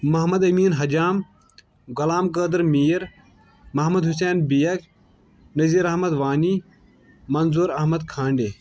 Mohammad Amin Hajam Ghulam Qadir Mir Mohammad Hussain Baig Nazir Ahmad Wani Manzoor Ahmad Khande